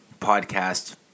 podcast